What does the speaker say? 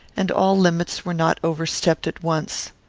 and all limits were not overstepped at once.